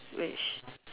which